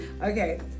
Okay